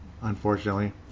unfortunately